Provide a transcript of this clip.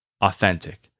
authentic